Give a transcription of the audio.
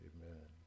Amen